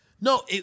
no